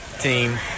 team